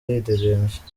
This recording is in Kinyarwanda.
yidegembya